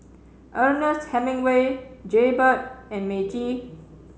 Ernest Hemingway Jaybird and Meiji